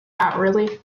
pass